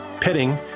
pitting